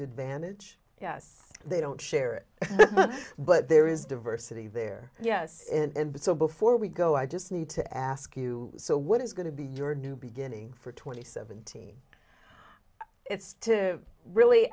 assumed advantage yes they don't share it but there is diversity there yes and so before we go i just need to ask you so what is going to be your new beginning for twenty seventeen it's to really